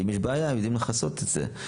ואם יש בעיה, הם יודעים לכסות את זה.